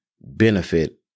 benefit